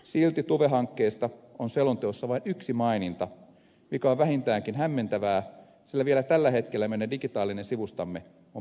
silti tuve hankkeesta on selonteossa vain yksi maininta mikä on vähintäänkin hämmentävää sillä vielä tällä hetkellä meidän digitaalinen sivustamme on pelottavan avoin